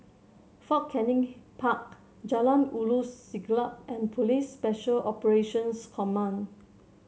Fort Canning Park Jalan Ulu Siglap and Police Special Operations Command